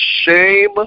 shame